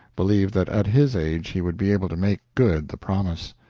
believed that at his age he would be able to make good the promise.